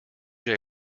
jay